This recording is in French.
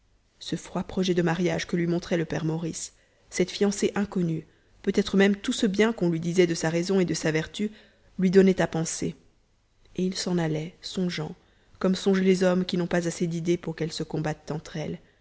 ce froid projet de mariage que lui montrait le père maurice cette fiancée inconnue peut-être même tout ce bien qu'on lui disait de sa raison et de sa vertu lui donnaient à penser et il s'en allait songeant comme songent les hommes qui n'ont pas assez d'idées pour qu'elles se combattent entre elles